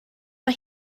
mae